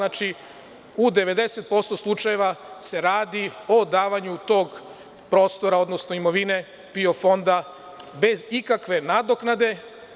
Znači u 90% slučajeva se radi o davanju tog prostora, odnosno imovine PIO fonda bez ikakve nadoknade.